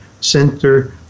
center